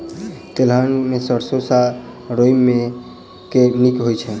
तेलहन मे सैरसो आ राई मे केँ नीक होइ छै?